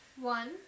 one